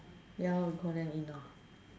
ya lor we call them in lor